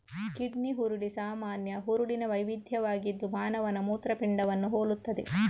kidney ಹುರುಳಿ ಸಾಮಾನ್ಯ ಹುರುಳಿನ ವೈವಿಧ್ಯವಾಗಿದ್ದು ಮಾನವನ ಮೂತ್ರಪಿಂಡವನ್ನು ಹೋಲುತ್ತದೆ